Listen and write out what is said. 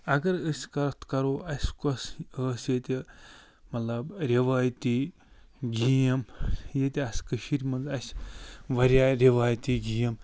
اگر أسۍ کتھ کَرو اَسہِ کۄس ٲس ییٚتہِ مطلب رِوایتی گیم ییٚتہِ آسہٕ کٔشیٖرِ منٛز اَسہِ وارِیاہ رِوایتی گیم